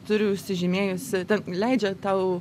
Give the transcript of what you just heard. turiu užsižymėjusi ten leidžia tau